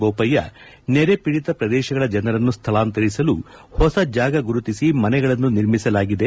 ಬೋಪಯ್ಯ ನೆರೆ ಪೀಡಿತ ಪ್ರದೇಶಗಳ ಜನರನ್ನು ಸ್ಥಳಾಂತರಿಸಲು ಹೊಸ ಜಾಗ ಗುರುತಿಸಿ ಮನೆಗಳನ್ನು ನಿರ್ಮಿಸಲಾಗಿದೆ